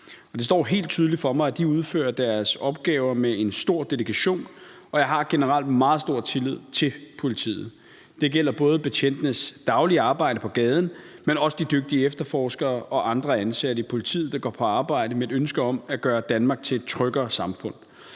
Det står helt tydeligt for mig, at de udfører deres opgaver med en stor dedikation, og jeg har generelt meget stor tillid til politiet. Det gælder både betjentenes daglige arbejde på gaden, men også de dygtige efterforskere og andre ansatte i politiet, der går på arbejde med et ønske om at gøre Danmark til et tryggere samfund.